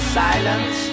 silence